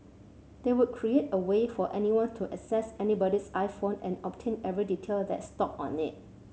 they would create a way for anyone to access anybody's iPhone and obtain every detail that's stored on it